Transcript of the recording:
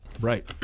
Right